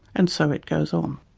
and so it goes on.